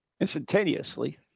instantaneously